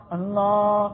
Allah